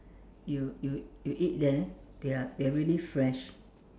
you you you eat there they are they're really fresh